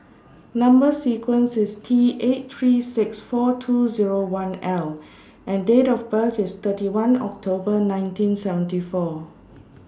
Number sequence IS T eight three six four two Zero one L and Date of birth IS thirty one October nineteen seventy four